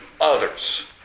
others